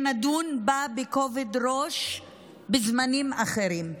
שנדון בה בכובד ראש בזמנים אחרים.